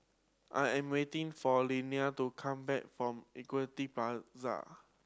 I am waiting for Landyn to come back from Equity Plaza